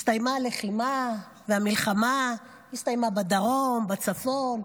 הסתיימה הלחימה, והמלחמה הסתיימה בדרום, בצפון?